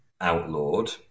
outlawed